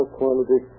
quantity